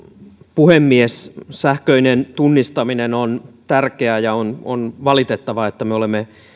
puhemies sähköinen tunnistaminen on tärkeää ja on on valitettavaa että me olemme